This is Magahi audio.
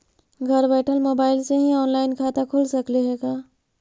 घर बैठल मोबाईल से ही औनलाइन खाता खुल सकले हे का?